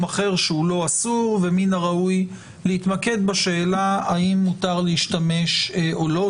אחר שהוא לא אסור ומן הראוי להתמקד בשאלה האם מותר להשתמש או לא.